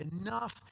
enough